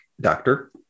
doctor